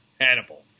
Hannibal